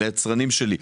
ליצרנים שלי.